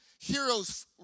heroes